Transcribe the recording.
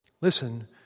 Listen